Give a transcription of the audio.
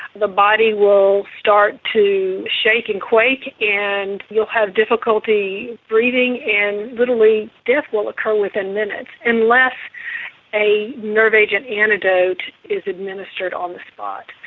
the body will start to shake and quake and you'll have difficulty breathing, and literally death will occur within minutes unless a nerve agent antidote is administered on the spot.